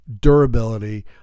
durability